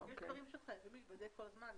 יש דברים שחייבים להיבדק כל הזמן.